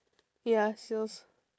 ya so